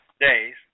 days